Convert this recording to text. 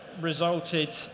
resulted